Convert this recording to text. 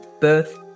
birth